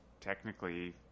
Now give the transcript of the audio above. technically